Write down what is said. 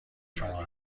شما